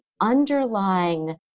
underlying